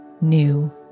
new